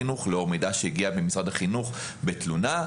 החינוך לאור מידע שהגיע ממשרד החינוך בתלונה,